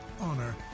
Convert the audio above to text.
honor